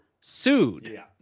sued